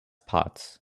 pots